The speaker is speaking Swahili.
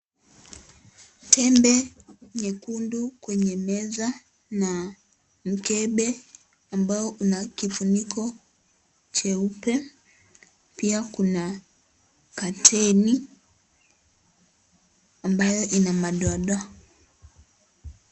Tembe nyekundu kwenye meza na mkebe ambao una kifuniko cheupe. Pia kuna (cs) kateni (cs) ambayo ina madoadoa.